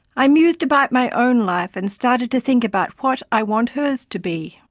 i mused about my own life, and started to think about what i want hers to be.